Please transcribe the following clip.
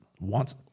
wants